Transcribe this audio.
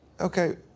okay